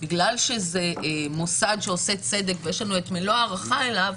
בגלל שזה מוסד שעושה צדק ויש לנו את מלוא ההערכה אליו,